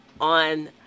on